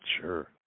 sure